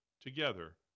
together